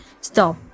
stop